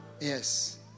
Yes